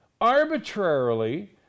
arbitrarily